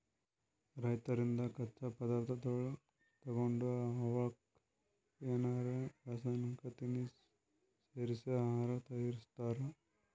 ರೈತರಿಂದ್ ಕಚ್ಚಾ ಪದಾರ್ಥಗೊಳ್ ತಗೊಂಡ್ ಅವಕ್ಕ್ ಏನರೆ ರಾಸಾಯನಿಕ್ ತಿನಸ್ ಸೇರಿಸಿ ಆಹಾರ್ ತಯಾರಿಸ್ತಾರ್